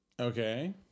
okay